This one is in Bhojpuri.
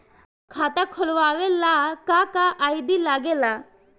खाता खोलवावे ला का का आई.डी लागेला?